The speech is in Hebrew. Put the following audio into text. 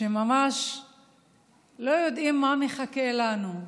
שממש לא יודעים מה מחכה לנו.